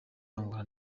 angola